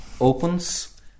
opens